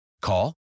Call